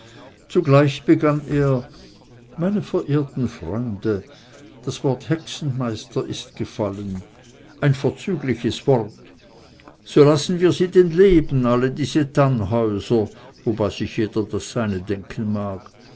zugleich begann er meine verehrten freunde das wort hexenmeister ist gefallen ein vorzügliches wort so lassen wir sie denn leben alle diese tannhäuser wobei sich jeder das seine denken mag